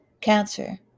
cancer